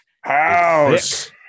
house